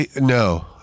No